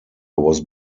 was